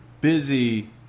busy